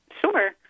Sure